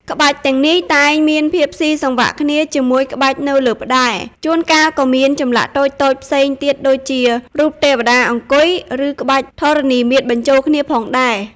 ក្បាច់ទាំងនេះតែងមានភាពស៊ីសង្វាក់គ្នាជាមួយក្បាច់នៅលើផ្តែរ ជួនកាលក៏មានចម្លាក់តូចៗផ្សេងទៀតដូចជា រូបទេវតាអង្គុយ ឬក្បាច់ធរណីមាត្របញ្ចូលគ្នាផងដែរ។